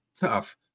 tough